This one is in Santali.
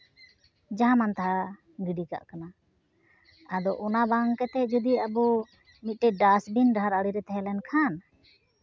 ᱡᱟᱦᱟᱸ ᱢᱟᱱ ᱛᱟᱦᱟ ᱜᱤᱰᱤ ᱠᱟᱜ ᱠᱟᱱᱟ ᱟᱫᱚ ᱚᱱᱟ ᱵᱟᱝ ᱠᱟᱛᱮᱫ ᱡᱩᱫᱤ ᱟᱵᱚ ᱢᱤᱫᱴᱮᱱ ᱰᱟᱥᱴᱵᱤᱱ ᱰᱟᱦᱟᱨ ᱟᱬᱮ ᱨᱮ ᱛᱟᱦᱮᱸ ᱞᱮᱱᱠᱷᱟᱱ